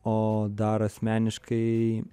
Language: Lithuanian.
o dar asmeniškai